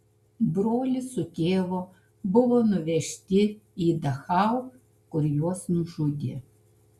brolis su tėvu buvo nuvežti į dachau kur juos nužudė